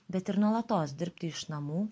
bet ir nuolatos dirbti iš namų